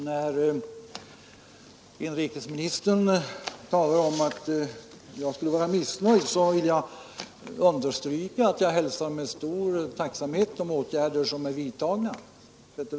När inrikesministern talar om att jag skulle vara missnöjd vill jag understryka att jag sätter stort värde på de åtgärder som är vidtagna.